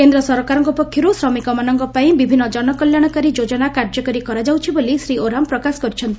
କେନ୍ଦ୍ର ସରକାରଙ୍କ ପକ୍ଷରୁ ଶ୍ରମିକମାନଙ୍କ ପାଇଁ ବିଭିନ୍ନ ଜନକଲ୍ୟାଣକାରୀ ଯୋଜନା କାର୍ଯ୍ୟକାରୀ କରାଯାଉଛି ବୋଲି ଶ୍ରୀ ଓରାମ ପ୍ରକାଶ କରିଛନ୍ତି